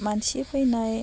मानसि फैनाय